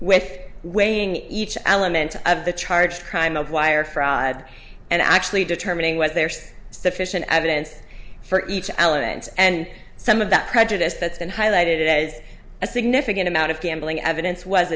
with weighing each element of the charge crime of wire fraud and actually determining whether there's sufficient evidence for each element and some of that prejudice that's been highlighted as a significant amount of gambling evidence was